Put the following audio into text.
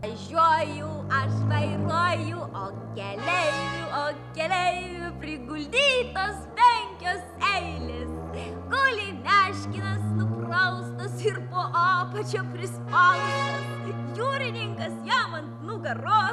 važiuoju aš vairuoju o keleivių o keleivių priguldytos penkios eilės guli meškinas nupraustas ir po apačia prispaustas jūrininkas jam ant nugaros